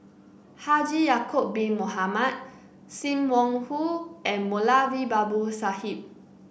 Haji Ya'acob Bin Mohamed Sim Wong Hoo and Moulavi Babu Sahib